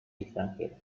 extranjeros